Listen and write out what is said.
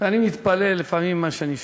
ואני מתפלא לפעמים על מה שאני ששומע.